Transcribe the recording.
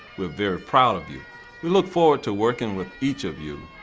we're very proud of you. we look forward to working with each of you.